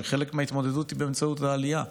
וחלק מההתמודדות היא באמצעות עלייה.